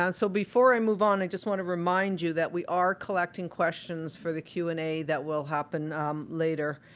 so before i move on, i just want to remind you that we are collecting questions for the q and a that will happen later,